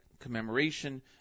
commemoration